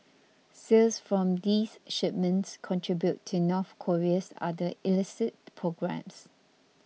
sales from these shipments contribute to North Korea's other illicit programmes